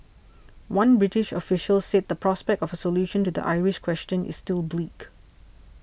one British official said the prospect of a solution to the Irish question is still bleak